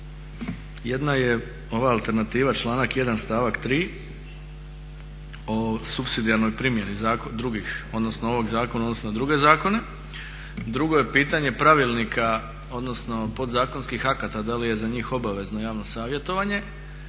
Jedna je ova alternativa članak 1.stavak 3.o supsidijarnoj primjeni ovih zakona u odnosu na druge zakone. Drugo je pitanje pravilnika odnosno podzakonskih akata da li je za njih obavezno javno savjetovanje.